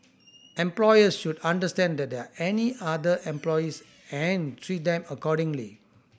employers should understand that are any other employees and treat them accordingly